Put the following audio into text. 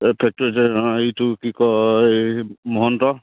factory এইটো কি কয় এই মহন্ত